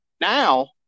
Now